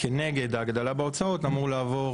כנגד ההגדלה בהוצאות אמור לעבור